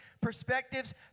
perspectives